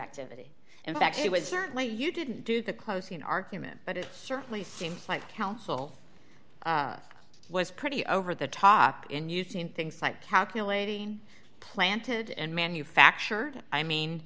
activity in fact it was certainly you didn't do the closing argument but it certainly seems like counsel was pretty over the top in using things like calculating planted and manufactured i mean